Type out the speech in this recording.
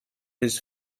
his